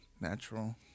natural